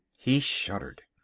he shuddered.